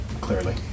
clearly